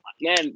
man